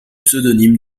pseudonymes